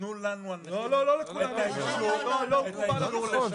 תנו לנו --- לא, לא לכולם --- לא לכולם יש